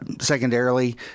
Secondarily